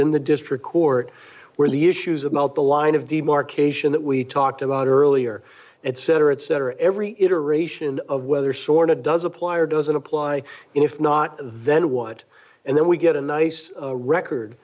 in the district court where the issues of melt the line of demarcation that we talked about earlier et cetera et cetera every iteration of whether sort of does apply or doesn't apply if not then what and then we get a nice a record